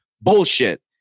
Bullshit